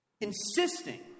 insisting